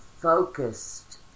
focused